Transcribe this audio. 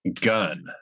Gun